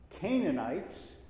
Canaanites